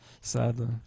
Sadly